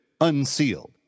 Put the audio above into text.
unsealed